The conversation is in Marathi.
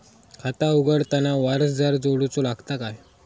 खाता उघडताना वारसदार जोडूचो लागता काय?